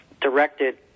directed